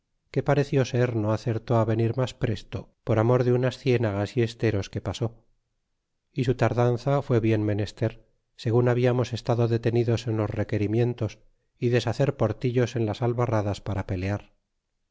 lúe pareció ser no acertó venir mas presto por amor de unas cienagas y esteros que pasó é su tardanza fué bien menester segun hablamos estado detenidos en los requerimientos y deshacer portillos en las albarradas para pelear